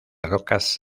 rocas